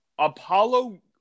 Apollo